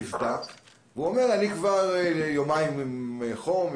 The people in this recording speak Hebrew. נבדק ואומר: אני כבר יומיים עם חום.